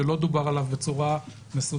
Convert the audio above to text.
שלא דובר עליו בצורה מסודרת,